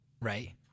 right